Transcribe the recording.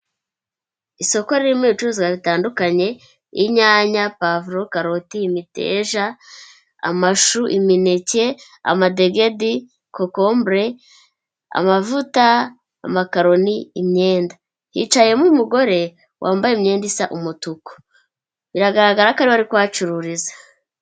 Isoko ririmo ibicuruzwa bitandukanye, inyanya, pavuro, karoti, imiteja, amashu, imineke, amadegedi, kokombure, amavuta, amakaroni, imyenda. Hicayemo umugore wambaye imyenda isa umutuku. Biragaragara ko ari we ari kuhacururiza.